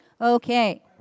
Okay